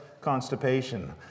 constipation